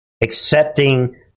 accepting